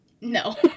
No